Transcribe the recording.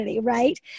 right